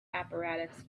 apparatus